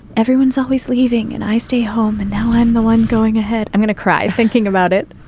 everyone's always leaving and i stay home and now i'm the one going ahead. i'm going to cry thinking about it.